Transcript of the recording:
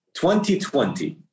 2020